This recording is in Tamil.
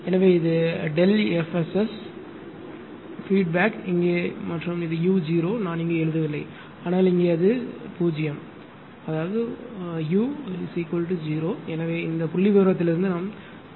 எனவே இது ΔF SS பீட்பேக் இங்கே மற்றும் u 0 நான் இங்கு எழுதவில்லை ஆனால் இங்கே அது 0 u உங்கள் 0 க்கு சமம் எனவே இந்த புள்ளிவிவரத்திலிருந்து நாம் பெறுவது 1